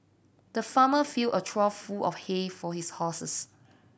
the farmer filled a trough full of hay for his horses